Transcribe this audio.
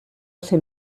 ser